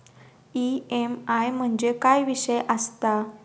EMI म्हणजे काय विषय आसता?